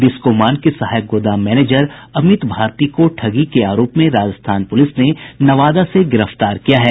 बिस्कोमान के सहायक गोदाम मैनेजर अमित भारती को ठगी के आरोप में राजस्थान पुलिस ने नवादा से गिरफ्तार किया है